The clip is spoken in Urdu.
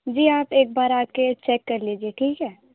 جی آپ ایک بار آ کے چیک کرلیجیے ٹھیک ہے